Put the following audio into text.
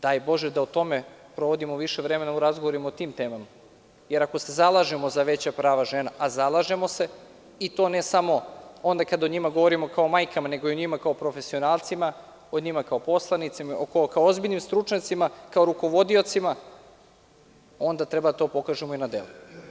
Daj bože da više vremena provedemo u razgovorima o tim temama, jer ako se zalažemo za veća prava žena, a zalažemo se i to ne samo onda kada o njima govorimo kao o majkama, nego o njima kao profesionalcima, o njima kao poslanicima, kao ozbiljnim stručnjacima, kao o rukovodiocima, onda treba to da pokažemo i na delu.